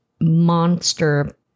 monster